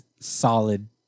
solid